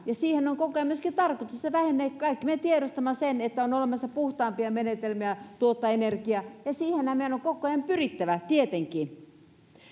ja se on koko ajan myöskin tarkoitus että se vähenee kaikki me tiedostamme sen että on olemassa puhtaampia menetelmiä tuottaa energiaa ja siihenhän meidän on koko ajan pyrittävä tietenkin